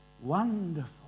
Wonderful